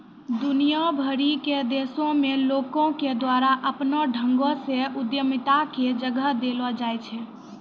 दुनिया भरि के देशो मे लोको के द्वारा अपनो ढंगो से उद्यमिता के जगह देलो जाय छै